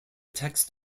text